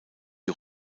die